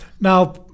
now